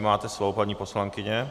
Máte slovo, paní poslankyně.